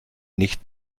nicht